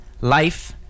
life